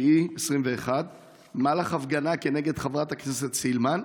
בספטמבר 2021 במהלך הפגנה כנגד חברת הכנסת עידית סילמן.